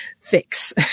fix